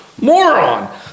moron